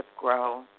grow